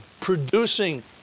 producing